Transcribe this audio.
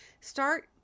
start